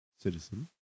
citizen